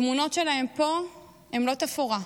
התמונות שלהם פה הן לא תפאורה,